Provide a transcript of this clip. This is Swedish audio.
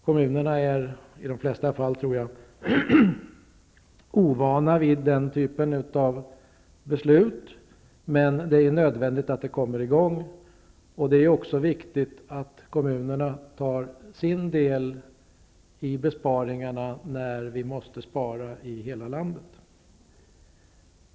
Kommunerna är i de flesta fall ovana vid denna typ av beslut. Men det är nödvändigt att arbetet kommer i gång. Det är också viktigt att kommunerna tar sin del av besparingarna när vi måste spara i hela landet.